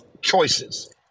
choices